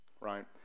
right